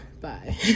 Bye